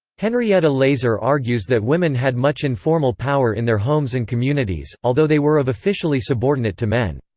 henrietta leyser argues that women had much informal power in their homes and communities, although they were of officially subordinate to men.